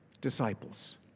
disciples